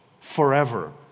forever